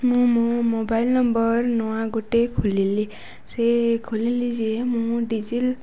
ମୁଁ ମୋ mobile number ନୂଆ ଗୋଟେ ଖୋଲିଲି ସେ ଖୋଲିଲି ଯେ ମୁଁ